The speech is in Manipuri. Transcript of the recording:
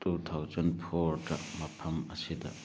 ꯇꯨ ꯊꯥꯎꯖꯟ ꯐꯣꯔꯗ ꯃꯐꯝ ꯑꯁꯤꯗ